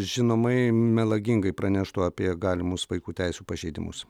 žinomai melagingai praneštų apie galimus vaikų teisių pažeidimus